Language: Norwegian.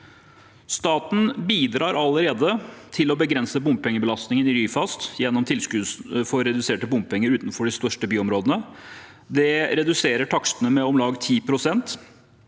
Staten bidrar allerede til å begrense bompengebelastningen i Ryfast gjennom tilskuddsordningen for reduserte bompenger utenfor de største byområdene. Det reduserer takstene med om lag 10 pst.